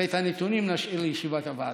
ואת הנתונים נשאיר לישיבת הוועדה.